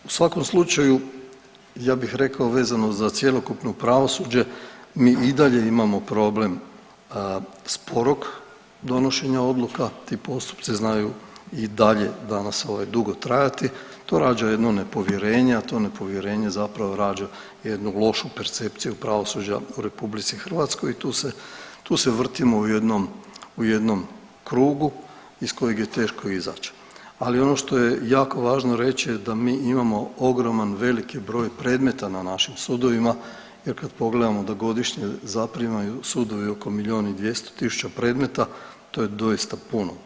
U svakom slučaju, ja bih rekao, vezano za cjelokupno pravosuđe, mi i dalje imamo problem sporog donošenja odluka, ti postupci znaju i dalje danas ovaj, dugo trajati, to rađa jedno nepovjerenje, a to nepovjerenje zapravo rađa jednu lošu percepciju pravosuđa u RH i tu se vrtimo u jednom krugu iz kojeg je teško izaći, ali ono što je jako važno reći je da mi imamo ogroman, veliki broj predmeta na našim sudovima jer kad pogledamo da godišnje zaprimaju sudovi oko milijun i 200 tisuća predmeta, to je doista puno.